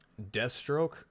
Deathstroke